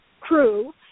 crew